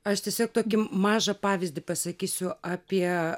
aš tiesiog tokį mažą pavyzdį pasakysiu apie